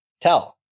tell